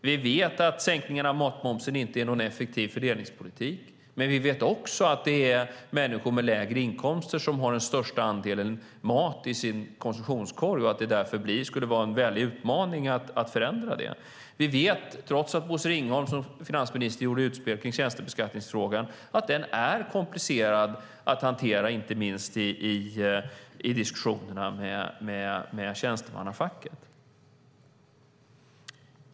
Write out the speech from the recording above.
Vi vet att sänkningen av matmomsen inte är någon effektiv fördelningspolitik, men vi vet också att det är människor med lägre inkomster som har den största andelen mat i sin konsumtionskorg och att det därför skulle vara en väldig utmaning att förändra det. Vi vet, trots att Bosse Ringholm som finansminister gjorde utspel kring tjänstebeskattningsfrågan, att den är komplicerad att hantera, inte minst i diskussionerna med tjänstemannafacket.